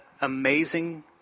amazing